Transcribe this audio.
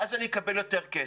ואז אני אקבל יותר כסף.